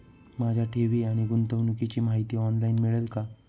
माझ्या ठेवी आणि गुंतवणुकीची माहिती ऑनलाइन मिळेल का?